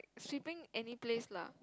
sweeping any place lah